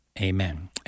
Amen